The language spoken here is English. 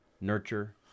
nurture